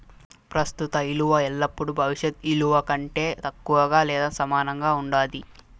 ప్రస్తుత ఇలువ ఎల్లపుడూ భవిష్యత్ ఇలువ కంటే తక్కువగా లేదా సమానంగా ఉండాది